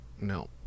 no